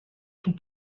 tout